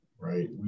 Right